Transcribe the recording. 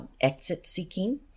exit-seeking